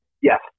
Yes